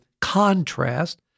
contrast